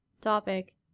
Topic